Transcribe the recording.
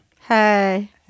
Hey